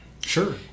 Sure